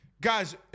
Guys